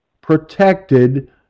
protected